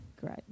great